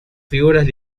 figuras